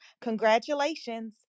congratulations